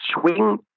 swing